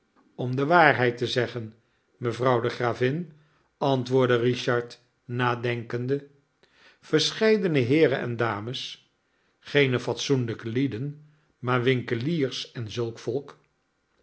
om de waarheid te zeggen mevrouw de gravin antwoordde richard nadenkende verscheidene heeren en dames geene fatsoenlijke lieden maar winkeliers en zulk volk